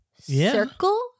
circle